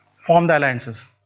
form the alliances.